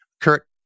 Kurt